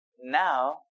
now